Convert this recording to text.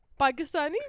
Pakistani